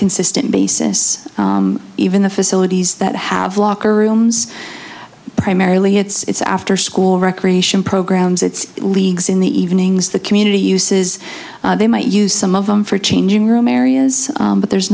consistent basis even the facilities that have locker rooms primarily it's afterschool recreation programs it's leagues in the evenings the community uses they might use some of them for changing room areas but there's